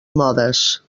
modes